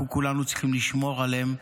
אנחנו כולנו צריכים לשמור עליהם,